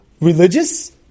religious